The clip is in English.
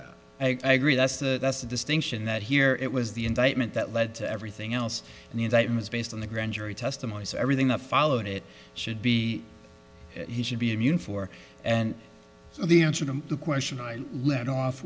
that i agree that's the that's the distinction that here it was the indictment that led to everything else in the indictments based on the grand jury testimony so everything that followed it should be he should be immune for and the answer to the question i let off